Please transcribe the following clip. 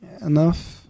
enough